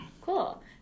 Cool